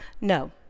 No